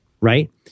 right